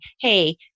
hey